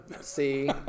See